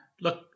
Look